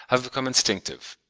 have become instinctive.